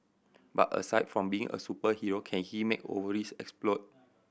but aside from being a superhero can he make ovaries explode